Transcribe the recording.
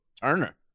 Turner